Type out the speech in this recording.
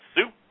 soup